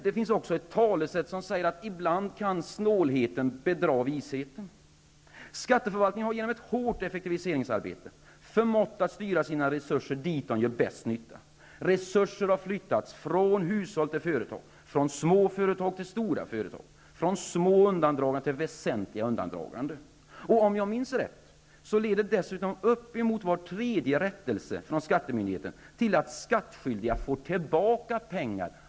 Det finns dock också ett talesätt som säger att snålheten ibland kan bedra visheten. Skatteförvaltningen har genom ett hårt effektiviseringsarbete förmått att styra sina resurser dit de gör bäst nytta. Resurser har flyttats från hushåll till företag, från små företag till stora företag, från små undandraganden till väsentliga undandraganden. Om jag minns rätt, leder dessutom uppemot var tredje rättelse från skattemyndigheten till att skattskyldiga får tillbaka pengar.